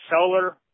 solar